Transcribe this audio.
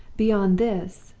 beyond this,